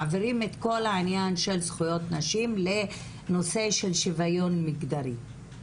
מעבירים את כל העניין של זכויות נשים לנושא של שוויון מגדרי.